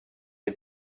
est